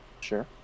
sure